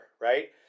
right